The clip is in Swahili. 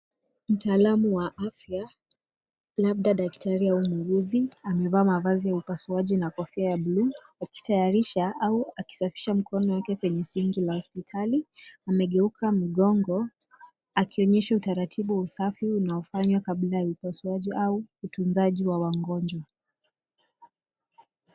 Mtaalamu wa afya labda daktari au muuguzi amevaa mavazi ya upasuaji na kofia ya bluu akitayarisha au akisafisha mkono wake kwenye sink la hospitali. Amegeuka mgongo akionyesha utaratibu wa usafi unaofanywa kabla ya upasuaji au utunzaji wa wagonjwa.